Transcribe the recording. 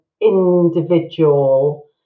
individual